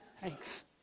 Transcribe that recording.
Thanks